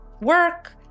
work